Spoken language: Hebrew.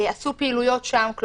עשו פעילויות שם.